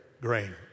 grain